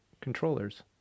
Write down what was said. controllers